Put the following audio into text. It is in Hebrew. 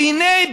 והינה,